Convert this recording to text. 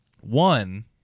one